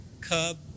cub